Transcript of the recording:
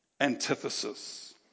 antithesis